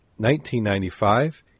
1995